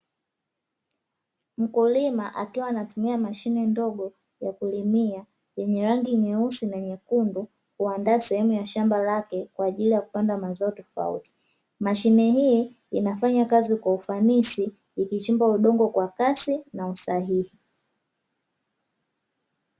Mkulima akiwa anatumia mashine ndogo ya kulimia yenye rangi nyeusi na nyekundu kuandaa sehemu ya shamba lake kwa ajili ya kupanda mazao tofauti, mashine hii inafanya kazi kwa ufanisi ikichimba udongo kwa kasi na kwa usahihi.